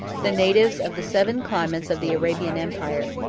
the natives of the seven climates of the arabian empire.